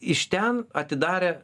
iš ten atidarė